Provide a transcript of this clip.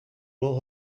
will